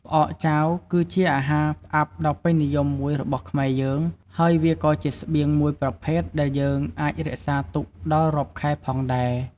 ផ្អកចាវគឺជាអាហារផ្អាប់ដ៏ពេញនិយមមួយរបស់ខ្មែរយើង ហើយវាក៏ជាស្បៀងមួយប្រភេទដែលយើងអាចរក្សាទុកដល់រាប់ខែផងដែរ។